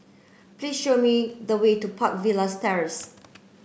please show me the way to Park Villas Terrace